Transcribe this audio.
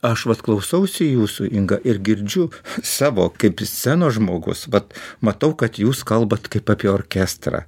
aš vat klausausi jūsų inga ir girdžiu savo kaip scenos žmogus vat matau kad jūs kalbat kaip apie orkestrą